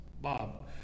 Bob